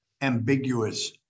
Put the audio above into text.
ambiguous